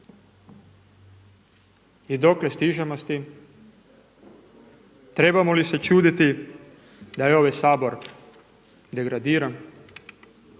I dokle stižemo sa time? Trebamo li se čuditi da je ovaj Sabor degradiran?